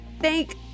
Thank